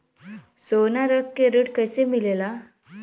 सोना रख के ऋण कैसे मिलेला?